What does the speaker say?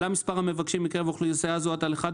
עלה מספר המבקשים מקרב אוכלוסייה זו על אחד,